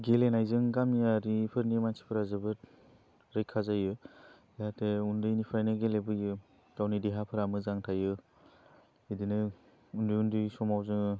गेलेनायजों गामियारिफोरनि मानसिफ्रा जोबोद रैखा जायो जाहाथे उन्दैनिफ्रायनो गेलेबोयो गावनि देहाफ्रा मोजां थायो बिदिनो उन्दै उन्दै समाव जोङो